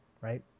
right